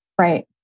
Right